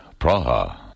Praha